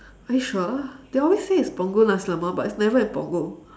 are you sure they always say it's punggol nasi lemak but it's never in punggol